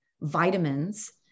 vitamins